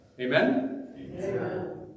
Amen